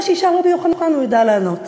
מה שישאל רבי יוחנן, הוא ידע לענות.